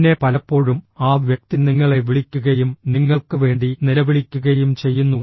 പിന്നെ പലപ്പോഴും ആ വ്യക്തി നിങ്ങളെ വിളിക്കുകയും നിങ്ങൾക്കുവേണ്ടി നിലവിളിക്കുകയും ചെയ്യുന്നു